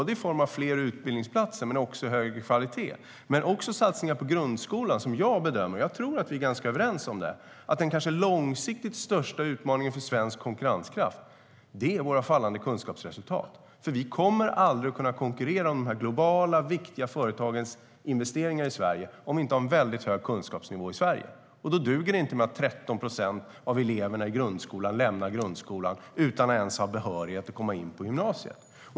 Det handlar om fler utbildningsplatser men också om högre kvalitet. Det handlar också om satsningar på grundskolan. Jag tror att vi är ganska överens om att den kanske långsiktigt största utmaningen för svensk konkurrenskraft är våra fallande kunskapsresultat. Vi kommer aldrig att kunna konkurrera om de globala viktiga företagens investeringar om vi inte har en väldigt hög kunskapsnivå i Sverige. Då duger det inte att 13 procent av eleverna lämnar grundskolan utan att ens ha behörighet att komma in på gymnasiet.